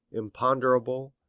imponderable,